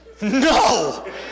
No